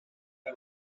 عمرت